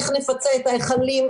איך נפצה את ההיכלים,